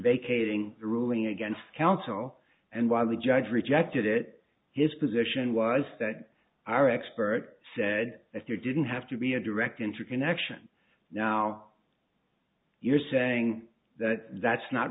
vacating the ruling against counsel and why the judge rejected it his position was that our expert said if you didn't have to be a direct interconnection now you're saying that that's not